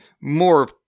more